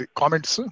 comments